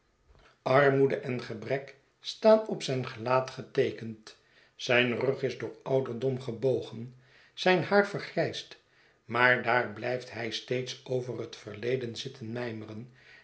armoede en gebrek staan op zijn gelaat geteekend zijn rug is door ouderdom gebogen ztjn haar vergrijsd maar daar bujft hij steeds over het verleden zitten mijmeren